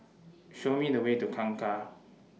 Show Me The Way to Kangkar